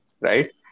right